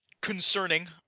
concerning